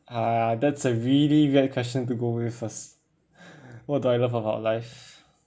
ah that's a really weird question to go with first what do I love about life